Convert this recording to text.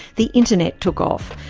the internet took off,